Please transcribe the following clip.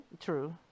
true